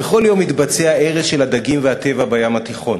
"בכל יום מתבצע הרס של הדגים והטבע בים התיכון